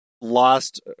lost